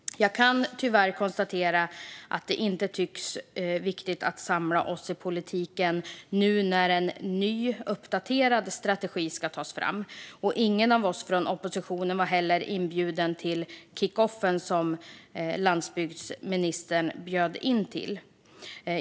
Jag kan tyvärr konstatera att det inte tycks viktigt att samla oss i politiken nu när en ny, uppdaterad strategi ska tas fram. Ingen från oppositionen var heller inbjuden till den kickoff som landsbygdsministern bjöd in till.